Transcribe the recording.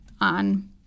on